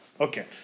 Okay